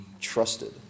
trusted